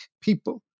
people